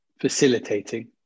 facilitating